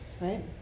right